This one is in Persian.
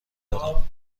دارم